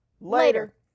Later